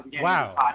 Wow